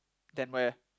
then where